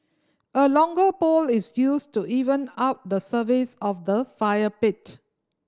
a longer pole is used to even out the surface of the fire pit